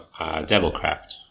Devilcraft